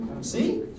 See